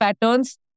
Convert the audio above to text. patterns